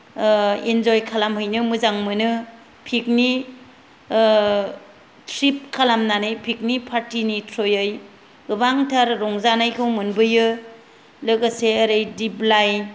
इन्जय खालामहैनो मोजां मोनो फिकनिक त्रिप खालामनानै फिकनिक पार्तिनि थ्रुयै गोबांथार रंजानायखौ मोनबोयो लोगोसे ओरै दिप्लाय